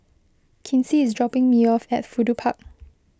Kinsey is dropping me off at Fudu Park